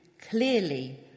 clearly